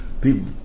people